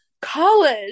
college